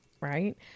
right